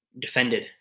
defended